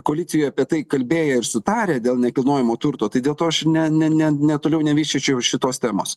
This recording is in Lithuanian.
koalicijoj apie tai kalbėję ir sutarę dėl nekilnojamo turto tai dėl to aš ne ne ne netoliau nevyšyčiau šitos temos